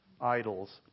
idols